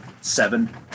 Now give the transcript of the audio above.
seven